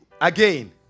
again